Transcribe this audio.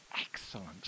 excellent